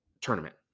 tournament